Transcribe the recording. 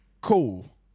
Cool